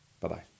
Bye-bye